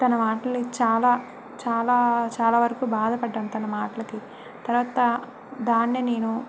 తన మాటలని చాలా చాలా చాలావరకు బాధపడ్డాను తన మాటలకి తర్వాత దాన్ని నేను